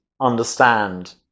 understand